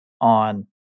on